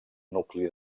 nucli